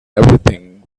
everything